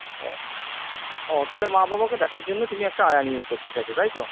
ও ও তাহলে মা বাবাকে দেখার জন্য তুমি একটা আয়া নিয়োগ করতে চাইছ তাই তো